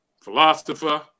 philosopher